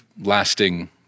lasting